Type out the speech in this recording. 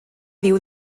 diu